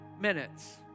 minutes